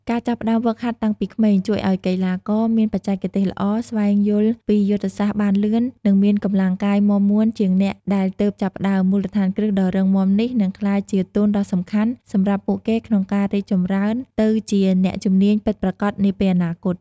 ការចាប់ផ្ដើមហ្វឹកហាត់តាំងពីក្មេង ជួយឱ្យកីឡាករមានបច្ចេកទេសល្អ ស្វែងយល់ពីយុទ្ធសាស្ត្របានលឿន និងមានកម្លាំងកាយមាំមួនជាងអ្នកដែលទើបចាប់ផ្ដើម មូលដ្ឋានគ្រឹះដ៏រឹងមាំនេះនឹងក្លាយជាទុនដ៏សំខាន់ សម្រាប់ពួកគេក្នុងការរីកចម្រើនទៅជាអ្នកជំនាញពិតប្រាកដនាពេលអនាគត។